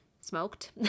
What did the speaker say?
smoked